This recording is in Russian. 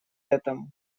этому